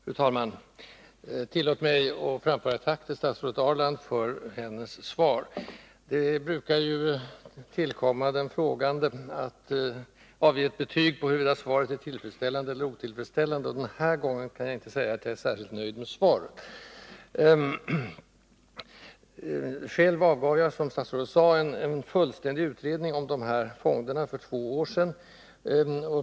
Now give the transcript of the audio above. Fru talman! Tillåt mig att framföra ett tack till statsrådet Ahrland för hennes svar. Det brukar tillkomma den frågande att avge ett betyg på huruvida svaret är tillfredsställande eller otillfredsställande, och den här gången kan jag inte säga att jag är särskilt nöjd med svaret. Själv avgav jag, som statsrådet sade, en fullständig utredning om de här fonderna för två år sedan.